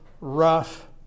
rough